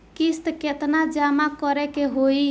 किस्त केतना जमा करे के होई?